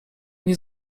nie